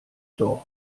dorf